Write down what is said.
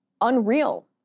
unreal